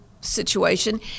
situation